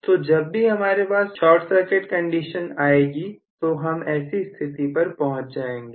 तो जब भी हमारे पास शॉर्ट सर्किट कंडीशन आएगी तो हम ऐसी स्थिति पर पहुंच जाएंगे